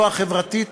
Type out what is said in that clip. לא החברתית,